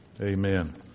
Amen